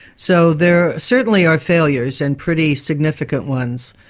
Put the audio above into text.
so there certainly are failures and pretty significant ones.